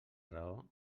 raó